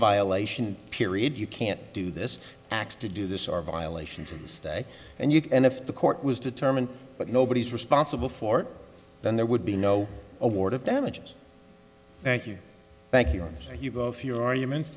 violation period you can't do this acts to do this or violation to this day and you can if the court was determined but nobody is responsible for then there would be no awarded damages thank you thank you for your arguments